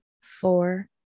four